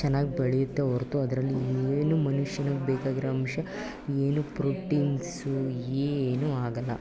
ಚೆನ್ನಾಗಿ ಬೆಳೆಯುತ್ತೆ ಹೊರತು ಅದರಲ್ಲಿ ಏನು ಮನುಷ್ಯನಿಗೆ ಬೇಕಾಗಿರೋ ಅಂಶ ಏನು ಪ್ರೋಟೀನ್ಸು ಏನೂ ಆಗೋಲ್ಲ